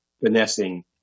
finessing